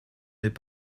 n’est